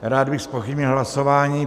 Rád bych zpochybnil hlasování.